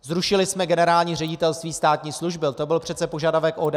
Zrušili jsme Generální ředitelství státní služby, to byl přece požadavek ODS.